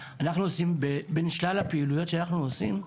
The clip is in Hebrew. בין שלל הפעילויות שאנחנו עושים,